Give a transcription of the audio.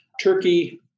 Turkey